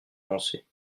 avancée